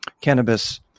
cannabis